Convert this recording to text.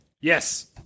Yes